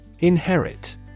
Inherit